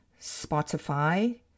Spotify